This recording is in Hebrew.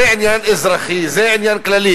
זה עניין אזרחי, זה עניין כללי.